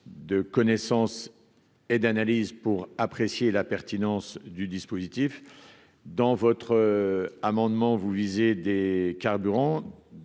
de connaissance et d'analyses pour apprécier la pertinence du dispositif dans votre amendement, vous visez des carburants